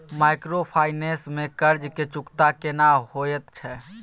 Microfinance में कर्ज के चुकता केना होयत छै?